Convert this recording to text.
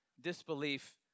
disbelief